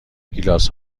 گیلاس